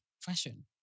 fashion